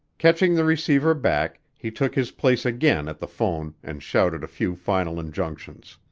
catching the receiver back, he took his place again at the phone and shouted a few final injunctions.